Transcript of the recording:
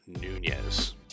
Nunez